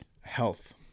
health